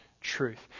truth